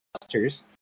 clusters